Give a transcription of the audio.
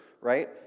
right